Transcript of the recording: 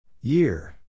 year